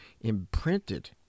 imprinted